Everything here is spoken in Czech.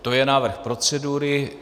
To je návrh procedury.